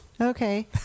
Okay